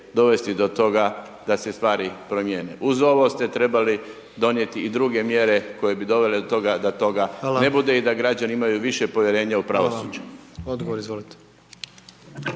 dovesti do toga da se stvari promijene. Uz ovo ste trebali donijeti i druge mjere koje bi dovele do toga da toga ne bude i da građani imaju više povjerenja u pravosuđe.